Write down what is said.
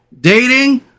dating